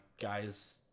guys